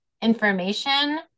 information